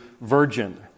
virgin